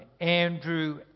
Andrew